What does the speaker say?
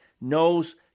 knows